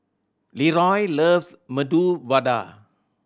Leroy loves Medu Vada